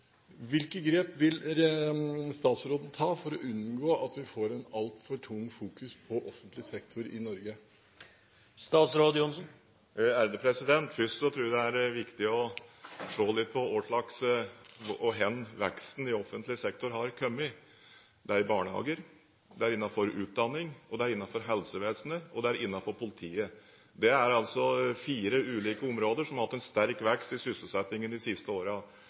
Hvilke grep vil statsråden ta for å unngå at vi får et altfor tungt fokus på offentlig sektor i Norge? Først tror jeg det er viktig å se litt på hvor veksten i offentlig sektor har kommet. Det er i barnehager, det er innenfor utdanning, det er innenfor helsevesenet, og det er innenfor politiet. Det er fire ulike områder som har hatt en sterk vekst i sysselsettingen de siste